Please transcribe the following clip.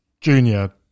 Junior